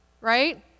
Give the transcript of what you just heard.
right